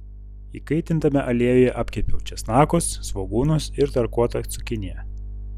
įkaitintame aliejuje apkepiau česnakus svogūnus ir tarkuotą cukiniją